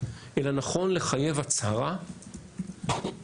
אלא נכון לחייב הצהרה בלבד,